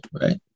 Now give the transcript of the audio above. right